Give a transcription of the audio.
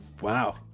Wow